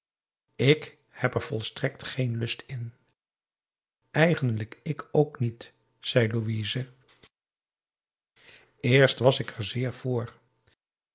ik heb er volstrekt geen lust in eigenlijk ik ook niet zei louise eerst was ik er zeer voor